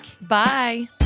Bye